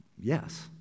Yes